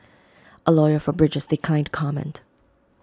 A lawyer for bridges declined to comment